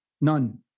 None